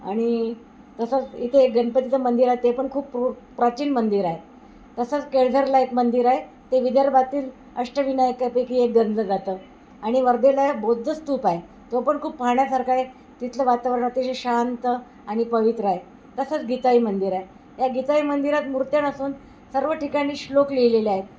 आणि तसंच इथे एक गणपतीचं मंदिर आहे ते पण खूप प्र प्राचीन मंदिर आहे तसंच केळझरला एक मंदिर आहे ते विदर्भातील अष्टविनायकापैकी एक गणलं जातं आणि वर्धेला बौद्धस्तूप आहे तो पण खूप पाहण्यासारखा आहे तिथलं वातावरण अतिशय शांत आणि पवित्र आहे तसंच गीताई मंदिर आहे या गीताई मंदिरात मूर्त्या नसून सर्व ठिकाणी श्लोक लिहिलेले आहेत